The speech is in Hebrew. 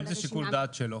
אם זה שיקול דעת שלו.